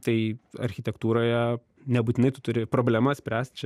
tai architektūroje nebūtinai tu turi problemas spręst čia